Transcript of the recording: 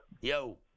Yo